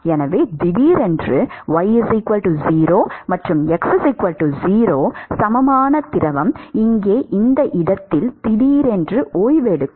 எனவே திடீரென்று y0 மற்றும் x0 சமமான திரவம் இங்கே இந்த இடத்தில் திடீரென ஓய்வெடுக்கும்